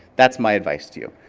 that's my advice to you.